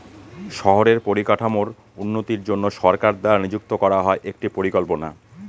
শহরের পরিকাঠামোর উন্নতির জন্য সরকার দ্বারা নিযুক্ত করা হয় একটি পরিকল্পনা